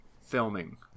filming